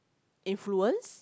influence